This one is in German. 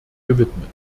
gewidmet